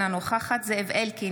אינה נוכחת זאב אלקין,